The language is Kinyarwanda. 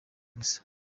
gusa